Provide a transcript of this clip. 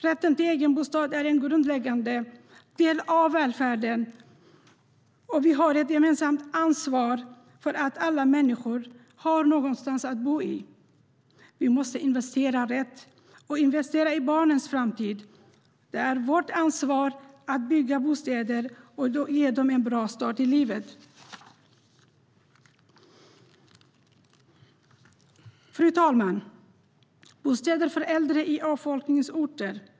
Rätten till en bostad är en grundläggande del av välfärden, och vi har ett gemensamt ansvar för att alla människor har någonstans att bo. Vi måste investera rätt och investera i barnens framtid. Det är vårt ansvar att bygga bostäder och ge dem en bra start i livet. Fru talman! Jag går över till frågan om bostäder för äldre i avfolkningsorter.